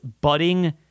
budding